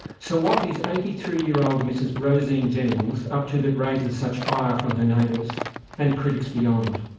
so what is eighty three year old mrs rosine jennings up to that raises such ire from her neighbours and critics beyond?